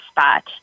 spot